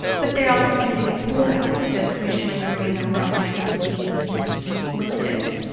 but they also tend to get pulled out because racial minorities are more likely to be religious.